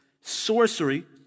sorcery